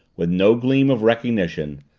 with no gleam of recognition.